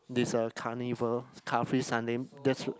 this is a carnival car free Sunday that's